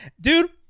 Dude